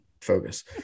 focus